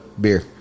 beer